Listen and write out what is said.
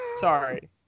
Sorry